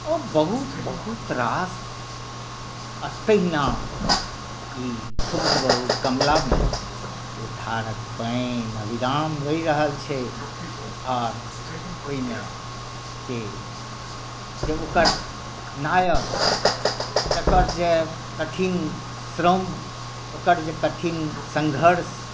बहुत बहुत रास आ तहिना ई ठुमुक बाबु कमलामे ओ धारक पानि अविराम बहि रहल छै आर ओहिमे से जे ओकर नायक तकर जे कठिन श्रम ओकर जे कठिन संघर्ष